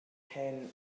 hen